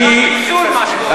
זה קצת ניצול, מה שקורה פה.